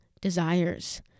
desires